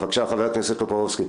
בבקשה, חבר הכנסת טופורובסקי.